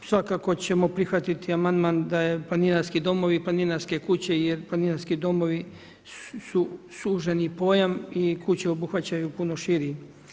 Ovo svakako ćemo prihvatiti amandman da planinarski domovi i planinarske kuće jer planinarski domovi su suženi pojam i kuće obuhvaćaju puno širi.